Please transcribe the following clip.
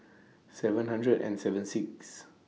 seven hundred and seven six